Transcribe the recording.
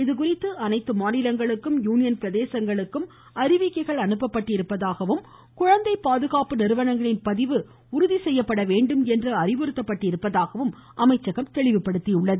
இதுகுறித்து அனைத்து மாநிலங்களுக்கும் யூனியன் பிரதேசங்களுக்கும் அறிவிக்கைகள் அனுப்பப்பட்டிருப்பதாகவும் குழந்தை பாதுகாப்பு நிறுவனங்களின் பதிவு உறுதிசெய்யப்பட வேண்டும் என் அறிவுறுத்தப்பட்டிருப்பதாகவும் அமைச்சகம் தெளிவுபடுத்தியுள்ளது